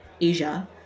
Asia